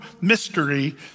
mystery